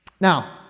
Now